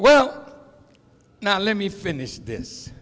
well now let me finish this